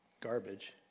garbage